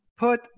Put